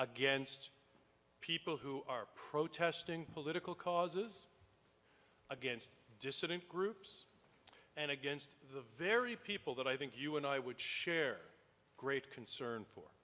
against people who are protesting political causes against dissident groups and against the very people that i think you and i would share great concern for